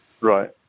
Right